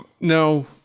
no